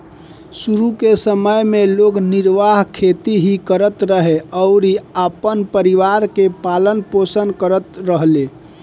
शुरू के समय में लोग निर्वाह खेती ही करत रहे अउरी अपना परिवार के पालन पोषण करत रहले